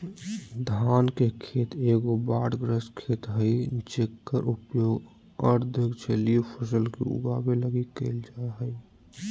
धान के खेत एगो बाढ़ग्रस्त खेत हइ जेकर उपयोग अर्ध जलीय फसल के उगाबे लगी कईल जा हइ